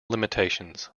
limitations